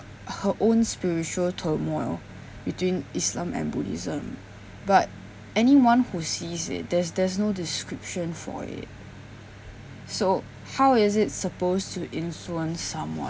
her own spiritual turmoil between islam and buddhism but anyone who sees it there's there's no description for it so how is it supposed to influence someone